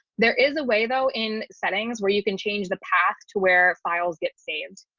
there is a way though in settings where you can change the path to where files get saved.